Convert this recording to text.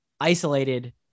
isolated